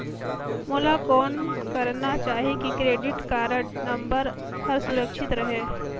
मोला कौन करना चाही की क्रेडिट कारड नम्बर हर सुरक्षित रहे?